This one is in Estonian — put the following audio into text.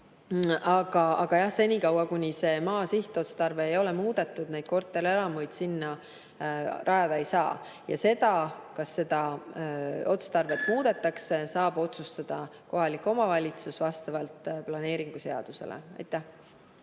Aga jah, senikaua, kuni maa sihtotstarve ei ole muudetud, neid korterelamuid sinna rajada ei saa. Ja seda, kas seda otstarvet muudetakse, saab otsustada kohalik omavalitsus vastavalt planeerimisseadusele. Aitäh!